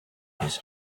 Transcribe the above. his